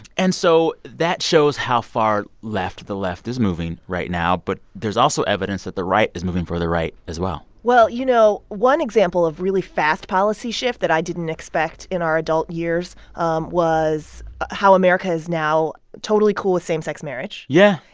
and so that shows how far left the left is moving right now. but there's also evidence that the right is moving further right as well well, you know, one example of really fast policy shift that i didn't expect in our adult years um was how america is now totally cool with same-sex marriage. yeah.